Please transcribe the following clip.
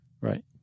Right